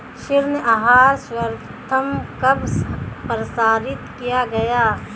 ऋण आहार सर्वप्रथम कब प्रसारित किया गया?